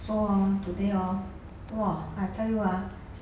so hor today hor !wah! I tell you ah